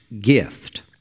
gift